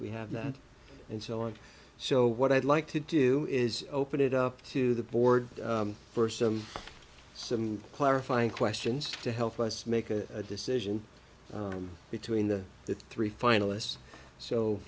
we have that and so on so what i'd like to do is open it up to the board for some some clarifying questions to help us make a decision between the three finalist